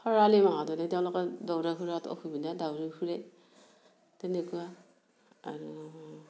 খৰালি মাহতহে তেওঁলোকৰ দৌৰা ঘূৰাত অসুবিধা দাউৰি ফুৰে তেনেকুৱা আৰু